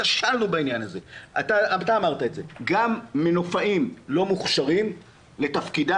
כשלנו בעניין הזה ואתה אמרת את זה שגם מנופאים לא מוכשרים לתפקידם,